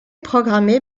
programmé